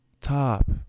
top